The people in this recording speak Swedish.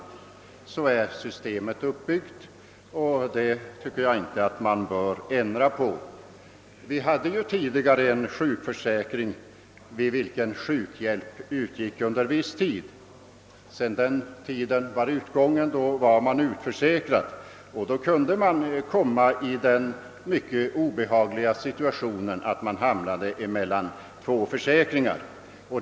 Så är systemet uppbyggt, och jag tycker inte att man bör ändra på detta. Vi hade ju tidigare en sjukförsäkring där sjukhjälp utgick under viss tid. När den tiden var utgången var man utförsäkrad. Då kunde man råka i den mycket obehagliga situationen att hamna mellan två försäkringar.